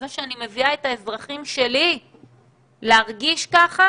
זה שאני מביאה את האזרחים שלי להרגיש ככה